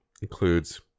Includes